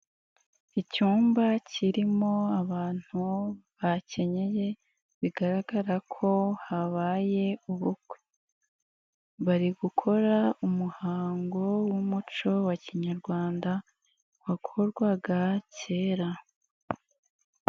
Icyumba kirimo abantu bakenyeye bigaragara ko habaye ubukwe, bari gukora umuhango w'umuco wa kinyarwanda wakorwaga kera.